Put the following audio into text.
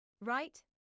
Right